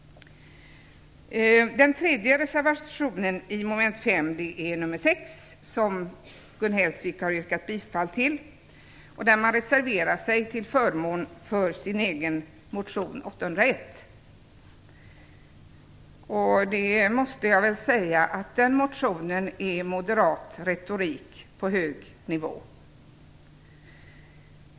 Den tredje reservationen - reservation 6 - vid mom. 5 har Gun Hellsvik yrkat bifall till. Man reserverar sig till förmån för sin egen motion Ju801. Jag måste säga att den motionen innehåller moderat retorik på hög nivå.